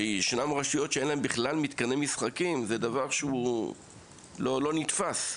זה שישנן רשויות שאין להן בכלל מתקני משחקים זה דבר שהוא לא נתפס.